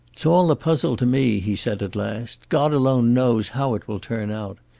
it's all a puzzle to me, he said, at last. god alone knows how it will turn out.